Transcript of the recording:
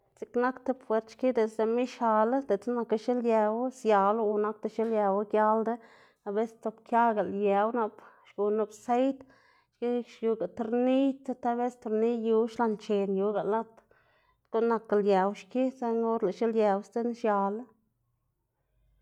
Dziꞌk nak tib puert xki diꞌltsa lëꞌma ixalo, diꞌltsa naku xiliewu sialo o nakdo xiliewu gialdo, abeses sdzobkiaga liuw nap xguná nup seid xki xiuga torniy t- tal ves torniy yu xlaꞌnchen yuga lad guꞌn nak liew xki saꞌnga or lëꞌ xiliew sdzinn xialo.